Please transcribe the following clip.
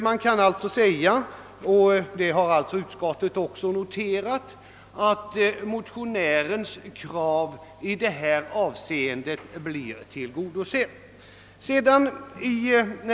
Man kan alltså säga, och det har utskottet noterat, att motionärernas krav i detta avseende blir tillgodosett.